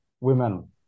women